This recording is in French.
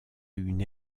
une